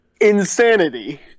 Insanity